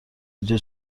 اینجا